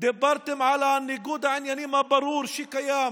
דיברתם על ניגוד העניינים הברור שקיים